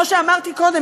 כמו שאמרתי קודם,